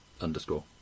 Underscore